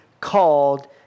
called